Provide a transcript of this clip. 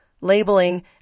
labeling